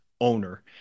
owner